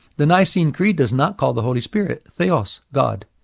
the nicene creed does not call the holy spirit theos, god.